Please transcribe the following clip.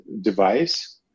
device